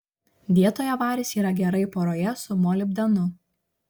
dietoje varis yra gerai poroje su molibdenu